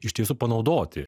iš tiesų panaudoti